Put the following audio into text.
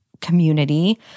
community